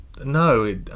No